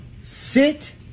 Sit